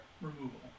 removal